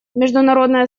международное